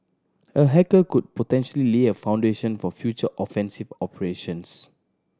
a hacker could potentially a foundation for future offensive operations